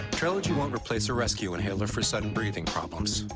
trelegy won't replace a rescue inhaler for sudden breathing problems.